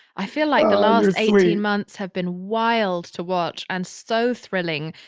i feel like the last eighteen months have been wild to watch and so thrilling.